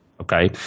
Okay